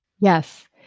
Yes